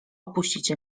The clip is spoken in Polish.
opuścić